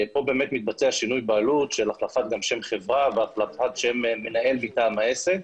כאן מתבצע שינוי בעלות של החלפת שם חברה והחלפת שם מנהל מטעם העסק.